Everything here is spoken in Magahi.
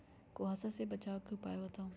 कुहासा से बचाव के उपाय बताऊ?